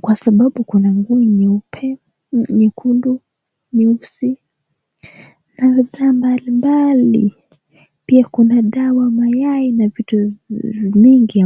Kwa sababu kuna nguo nyeupe, nyekundu, nyeusi na rangi mbalimbali. Pia kuna dawa, mayai na vitu vingi.